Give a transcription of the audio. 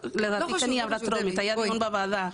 לדעתי, היא הייתה עברה טרומית, היה דיון בוועדה.